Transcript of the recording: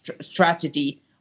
strategy